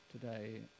today